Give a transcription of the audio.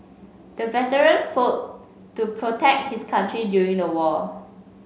the veteran fought to protect his country during the war